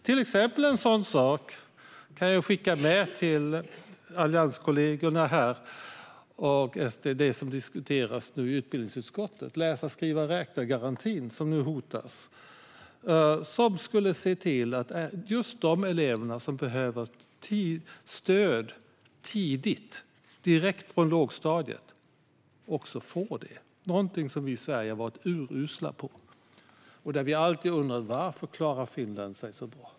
Till kollegorna i Alliansen och Sverigedemokraterna kan jag skicka med en sak som just nu diskuteras i utbildningsutskottet. Det handlar om läsa-skriva-räkna-garantin, som nu hotas. Den skulle se till att just de elever som behöver stöd tidigt, direkt från lågstadiet, också får det. Detta är något som vi i Sverige har varit urusla med. Vi har alltid undrat varför Finland klarar sig så bra.